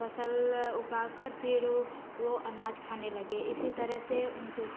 फसल उगाकर फिर वो वो अनाज खाने लगे इसी तरह से उनकी उत्पत्ति हुई